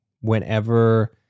whenever